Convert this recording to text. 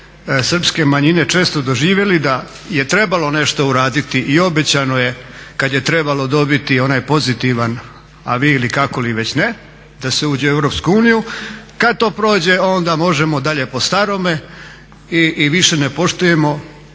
Srpske manjine često doživjeli da je trebalo nešto uraditi i obećano je, kad je trebalo dobiti onaj pozitivan avi ili kako li već ne, da se uđe u EU. Kad to prođe onda možemo dalje po starome i više ne poštujemo